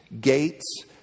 gates